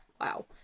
Wow